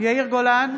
יאיר גולן,